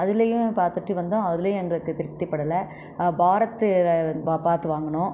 அதுலேயும் பார்த்துட்டு வந்தோம் அதுலேயும் எங்களுக்கு திருப்திபடலை பாரத்து பார்த்து வாங்கினோம்